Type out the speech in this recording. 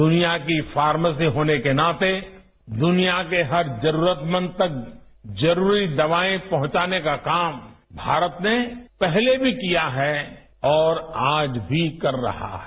दुनिया की फार्मेसी होने के नाते दुनिया के हर जरूरतमंद तक जरूरी दवाएं पहुंचाने का काम भारत ने पहले भी किया है और आज भी कर रहा है